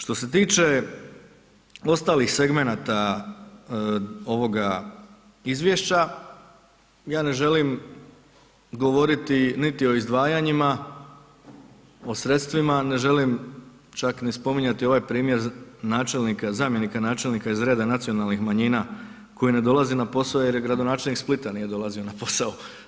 Što se tiče ostalih segmenata ovoga izvješća ja ne želim govoriti niti o izdvajanjima, o sredstvima, ne želim čak ni spominjati ovaj primjer načelnika, zamjenika načelnika iz reda nacionalnih manjina koji ne dolazi na posao jer i gradonačelnik Splita nije dolazio na posao.